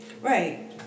right